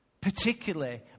particularly